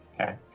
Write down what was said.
Okay